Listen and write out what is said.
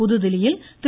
புதுதில்லியில் திரு